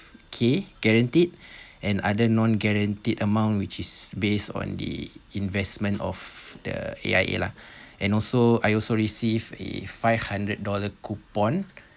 okay guaranteed and other non-guaranteed amount which is based on the investment of the A_I_A lah and also I also receive a five hundred dollar coupon